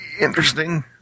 interesting